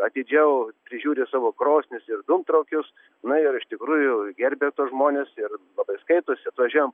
atidžiau prižiūri savo krosnis ir dūmtraukius na ir iš tikrųjų gerbia tuos žmones ir labai skaitosi atvažiuojam